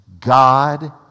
God